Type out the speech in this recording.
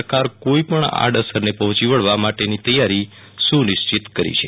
સરકાર કોઈપણ આડ અસરને પહોંચી વળવા માટેની તૈયારી સૂનિશ્ચિત કરી છે